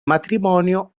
matrimonio